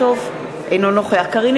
אינו נוכח קארין